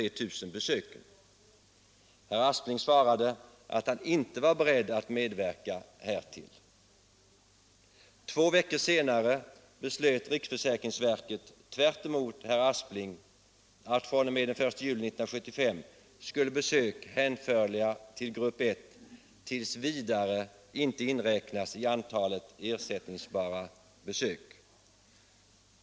Herr talman!